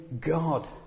God